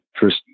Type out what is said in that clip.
first